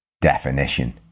definition